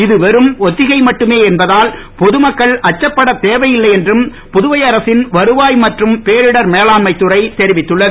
இது வெறும் ஒத்திகை மட்டுமே என்பதால் பொதுமக்கள் அச்சப்படத் தேவையில்லை என்றும் புதுவை அரசின் வருவாய் மற்றும் பேரிடர் மேலாண்மை துறை தெரிவித்துள்ளது